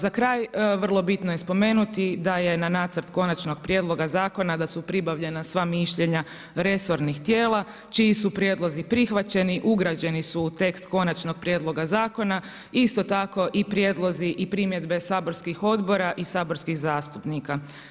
Za kraj vrlo je bitno je spomenuti da je na nacrt konačnog prijedloga zakona da su pribavljena sva mišljenja resornih tijela čiji su prijedlozi prihvaćeni, ugrađeni su u tekst konačnog prijedloga zakona, isto tako i prijedlozi i primjedbe saborskih odbora i saborskih zastupnika.